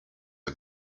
are